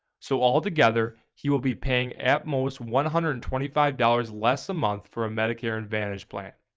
so altogether he will be paying at most one hundred and twenty five dollars less a month for a medicare advantage plan.